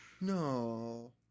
No